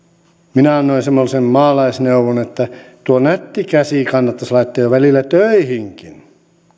minä annoin semmoisen maalaisneuvon että tuo nätti käsi kannattaisi laittaa jo välillä töihinkin